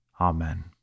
Amen